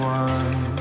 one